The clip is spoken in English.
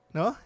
no